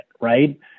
right